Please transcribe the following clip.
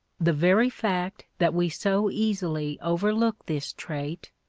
the very fact that we so easily overlook this trait,